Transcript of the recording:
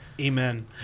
Amen